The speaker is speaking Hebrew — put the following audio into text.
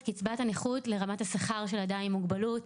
קצבת הנכות לרמת השכר של אדם עם מוגבלות?